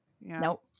Nope